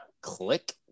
click